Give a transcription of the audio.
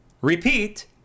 Repeat